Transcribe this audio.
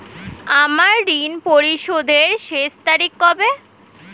আমার ঋণ পরিশোধের শেষ তারিখ কবে?